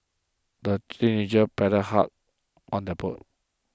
the teenagers paddled hard on their boat